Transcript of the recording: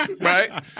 right